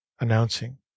announcing